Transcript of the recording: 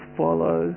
follow